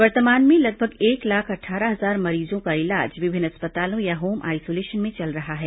वर्तमान में लगभग एक लाख अट्ठारह हजार मरीजों का इलाज विभिन्न अस्पतालों या होम आइसोलेशन में चल रहा है